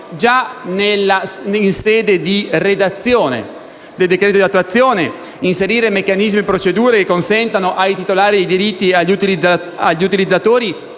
già in sede di redazione del decreto di attuazione, gli impegni relativi a inserire meccanismi e procedure che consentano ai titolari di diritti e agli utilizzatori